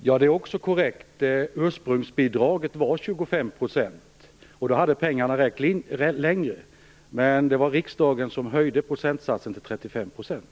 Herr talman! Också det Per Lager nu säger är korrekt. Ursprungsbidraget var 25 %, och om bidraget hade legat kvar på den nivån hade pengarna räckt längre. Men det var riksdagen som höjde procentsatsen till 35 %.